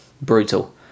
Brutal